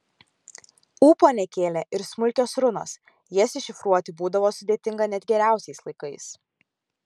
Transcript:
ūpo nekėlė ir smulkios runos jas iššifruoti būdavo sudėtinga net geriausiais laikais